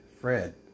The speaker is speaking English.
Fred